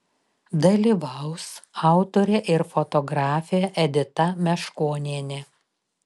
dalyvaus autorė ir fotografė edita meškonienė